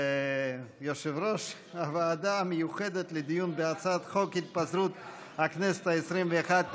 יושב-ראש הוועדה המיוחדת לדיון בהצעת חוק התפזרות הכנסת העשרים-ואחת,